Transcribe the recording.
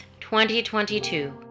2022